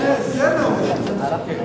זה נמוך.